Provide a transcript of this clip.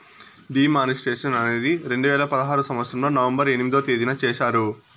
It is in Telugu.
డీ మానిస్ట్రేషన్ అనేది రెండు వేల పదహారు సంవచ్చరంలో నవంబర్ ఎనిమిదో తేదీన చేశారు